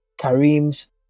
Kareem's